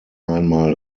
einmal